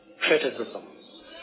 criticisms